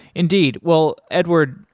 indeed. well, edward.